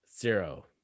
Zero